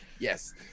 Yes